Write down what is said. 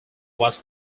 was